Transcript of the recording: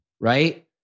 right